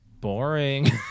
boring